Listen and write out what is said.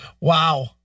Wow